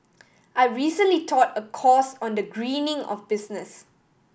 I recently taught a course on the greening of business